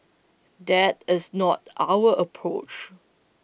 that is not our approach